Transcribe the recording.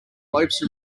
lopes